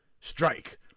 strike